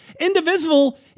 Indivisible